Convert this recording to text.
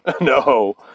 no